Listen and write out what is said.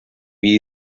wie